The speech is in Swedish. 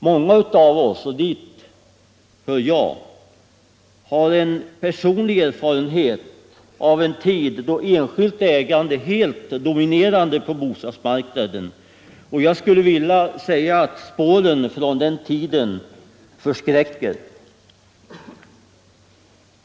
Många av oss — och dit hör jag — har personlig erfarenhet av den tid då enskilt ägande helt dominerade på bostadsmarknaden. Spåren från den tiden förskräcker!